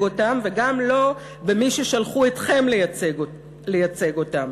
אותם וגם לא במי ששלחו אתכם לייצג אותם,